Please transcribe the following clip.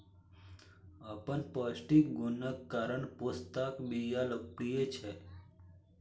अपन पौष्टिक गुणक कारण पोस्ताक बिया लोकप्रिय छै